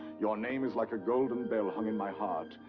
your name is like a golden bell hung in my heart,